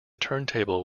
turntable